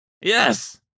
Yes